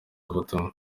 ubutumwa